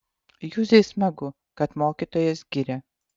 juzei smagu kad mokytojas giria